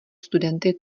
studenty